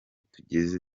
tugeze